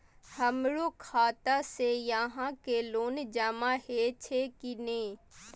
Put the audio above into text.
हमरो खाता से यहां के लोन जमा हे छे की ने?